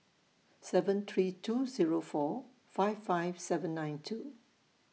seven three two Zero four five five seven nine two